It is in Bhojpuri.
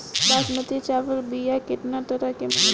बासमती चावल के बीया केतना तरह के मिलेला?